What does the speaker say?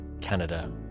Canada